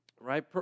right